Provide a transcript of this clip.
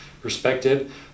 perspective